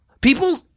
People